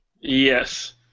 Yes